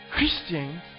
Christians